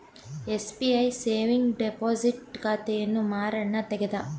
SBI saving deposit ಖಾತೆಯನ್ನು ಮಾರಣ್ಣ ತೆಗದ